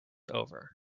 over